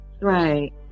Right